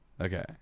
Okay